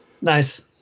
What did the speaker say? Nice